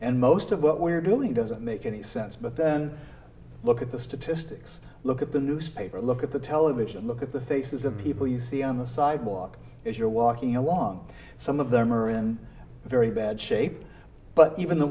and most of what we're doing doesn't make any sense but then look at the statistics look at the newspaper look at the television look at the faces of people you see on the sidewalk if you're walking along some of them are in very bad shape but even the